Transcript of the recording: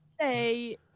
say